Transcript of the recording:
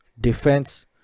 Defense